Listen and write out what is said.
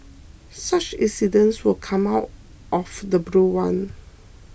such incidents will come out of the blue one